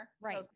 right